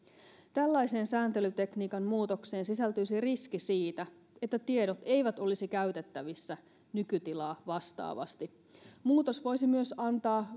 tällaiseen sääntelytekniikan muutokseen sisältyisi riski siitä että tiedot eivät olisi käytettävissä nykytilaa vastaavasti muutos voisi myös antaa